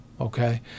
okay